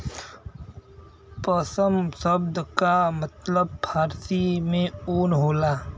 पसम सब्द का मतलब फारसी में ऊन होला